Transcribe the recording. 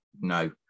no